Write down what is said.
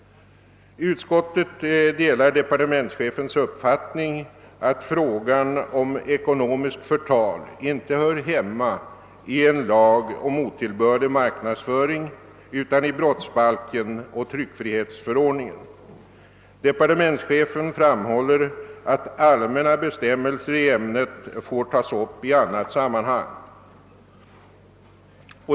Utskottet delar departementschefens uppfattning att frågan om ekonomiskt förtal hör hemma, inte i en lag om otillbörlig marknadsföring utan i brottsbalken och tryckfrihetsförordningen. Departementschefen framhåller att allmänna bestämmelser i ämnet får tas upp i annat sammanhang.